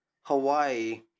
Hawaii